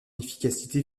efficacité